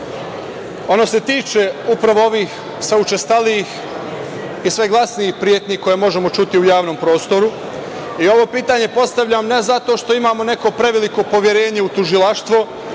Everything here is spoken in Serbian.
ono se tiče upravo onih sve učestalijih i sve glasnijih pretnji koje možemo čuti u javnom prostoru. Ovo pitanje postavljam, ne zato što imamo neko preveliko poverenje u tužilaštvo,